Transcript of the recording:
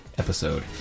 episode